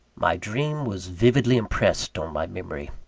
my dream was vividly impressed on my memory,